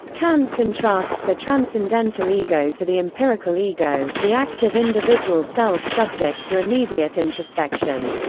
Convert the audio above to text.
kant contrasts the transcendental ego to the empirical ego, the active individual self subject to immediate introspection.